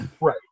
Right